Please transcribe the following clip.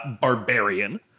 Barbarian